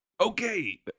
Okay